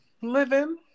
living